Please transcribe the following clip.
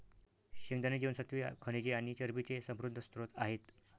शेंगदाणे जीवनसत्त्वे, खनिजे आणि चरबीचे समृद्ध स्त्रोत आहेत